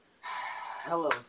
Hello